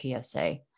PSA